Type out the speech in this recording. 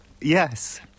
Yes